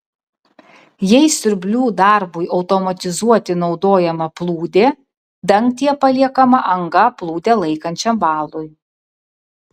jei siurblių darbui automatizuoti naudojama plūdė dangtyje paliekama anga plūdę laikančiam valui